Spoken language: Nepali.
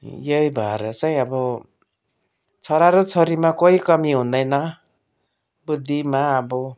यही भएर चाहिँ अब छोरा र छोरीमा कोही कमी हुँदैन बुद्धिमा अब